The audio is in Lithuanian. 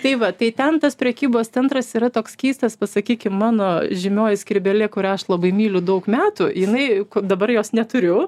tai va tai ten tas prekybos centras yra toks keistas pasakykim mano žymioji skrybėlė kurią aš labai myliu daug metų jinai dabar jos neturiu